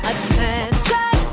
Attention